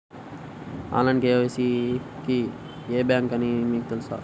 Online KYC కి ఏ bank అని మీకు తెలుసా?